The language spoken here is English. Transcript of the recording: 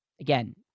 Again